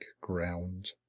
ground